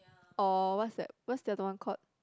or what's that what's the other one called